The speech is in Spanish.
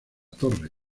torre